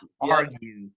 argue